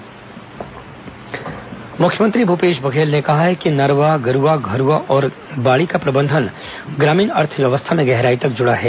मुख्यमंत्री नरवा गरूवा मुख्यमंत्री भूपेश बघेल ने कहा है कि नरवा गरूवा घुरूवा और बाड़ी का प्रबंधन ग्रामीण अर्थव्यवस्था में गहराई तक जुड़ा है